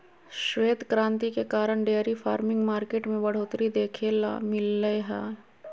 श्वेत क्रांति के कारण डेयरी फार्मिंग मार्केट में बढ़ोतरी देखे ल मिललय हय